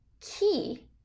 key